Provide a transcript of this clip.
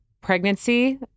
pregnancy